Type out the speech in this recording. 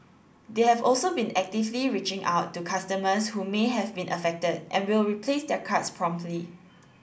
they have also been actively reaching out to customers who may have been affected and will replace their cards promptly